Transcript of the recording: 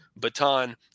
baton